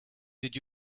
did